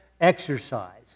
Exercise